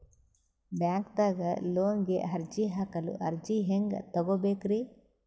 ಬ್ಯಾಂಕ್ದಾಗ ಲೋನ್ ಗೆ ಅರ್ಜಿ ಹಾಕಲು ಅರ್ಜಿ ಹೆಂಗ್ ತಗೊಬೇಕ್ರಿ?